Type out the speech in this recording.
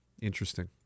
Interesting